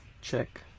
Check